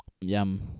Yum